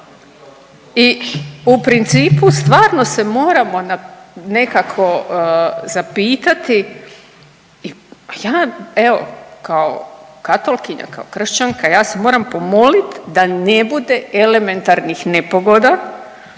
i u principu stvarno se moramo nekako zapitati, pa ja, evo kao katolkinja, kao kršćanska ja se moram pomolit da ne bude elementarnih nepogoda